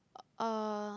uh